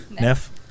Neff